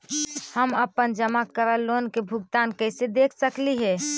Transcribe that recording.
हम अपन जमा करल लोन के भुगतान कैसे देख सकली हे?